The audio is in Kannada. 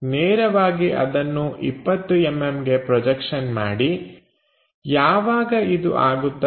ನೇರವಾಗಿ ಅದನ್ನು 20mm ಗೆ ಪ್ರೊಜೆಕ್ಷನ್ ಮಾಡಿ ಯಾವಾಗ ಇದು ಆಗುತ್ತದೆ